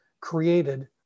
created